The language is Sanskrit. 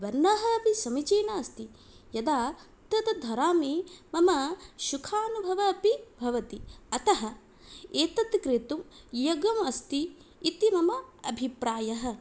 वर्ण अपि समीचीनः अस्ति यदा तत् धरामि मम सुखानुभवः अपि भवति अतः एतत् क्रेतुं योग्यम् अस्ति इति मम अभिप्रायः